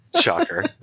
Shocker